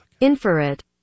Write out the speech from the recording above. Infrared